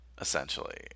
Essentially